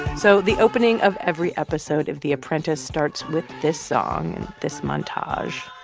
so the opening of every episode of the apprentice starts with this song and this montage.